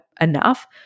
enough